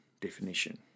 definition